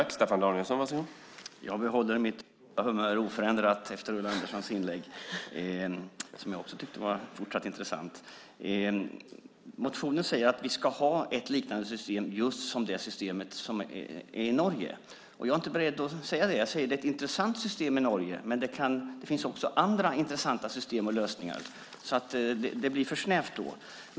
Herr talman! Jag behåller mitt humör oförändrat efter Ulla Anderssons inlägg, som jag också tyckte var intressant. I motionen framförs förslag om att ha ett liknande system som det som finns Norge. Jag är inte beredd att säga så. Jag säger att det norska systemet är intressant, men det finns också andra intressanta system och lösningar. Det blir för snävt.